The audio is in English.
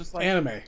Anime